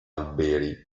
alberi